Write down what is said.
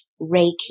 Reiki